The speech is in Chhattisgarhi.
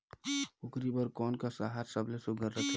कूकरी बर कोन कस आहार सबले सुघ्घर रथे?